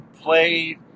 Play